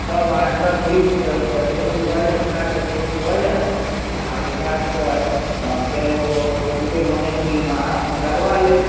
तब अहाँके वृक्ष अवैलेबुल भऽ जायत गाछ अवैलबुल भऽ जायत आ ओहि गाछके फेर ओ हुनके मॉनिटरिंगमे अहाँ अपन लगबा लेब